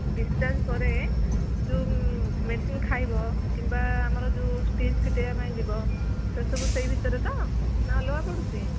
discharge ପରେ ଯେଉଁ medicine ଖାଇବ କିମ୍ବା ଆମର ଯେଉଁ ଷ୍ଟିଚ୍ ଫିଟାଇବା ପାଇଁ ଯିବ ସେସବୁ ସେଇ ଭିତରେ ତ ନା ଅଲଗା ପଡ଼ୁଛି